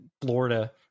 Florida